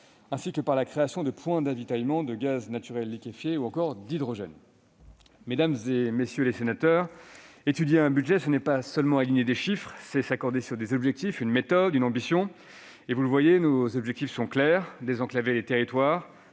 ainsi que par la création de points d'avitaillement de gaz naturel liquéfié et d'hydrogène. Mesdames, messieurs les sénateurs, étudier un projet de budget, ce n'est pas seulement aligner des chiffres, c'est s'accorder sur des objectifs, une méthode et une ambition. Vous le voyez, nos objectifs sont clairs : désenclaver nos territoires,